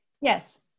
yes